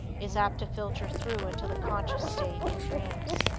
is apt to filter through into the conscious state in dreams.